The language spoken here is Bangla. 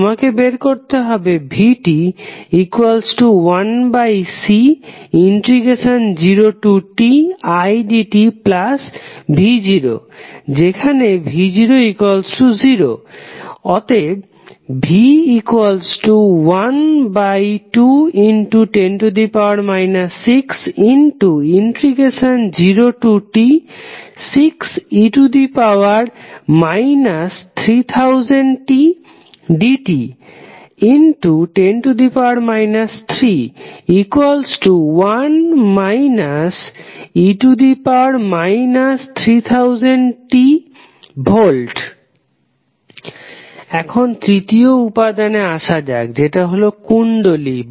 তোমাকে করতে হবে vt1C0tidtv and v00 v1210 60t6e 3000tdt10 31 e 3000t V এখন তৃতীয় উপাদানে আসা যাক যেটা হলো কুণ্ডলী